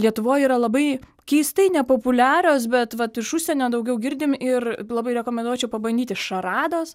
lietuvoj yra labai keistai nepopuliarios bet vat iš užsienio daugiau girdim ir labai rekomenduočiau pabandyti šarados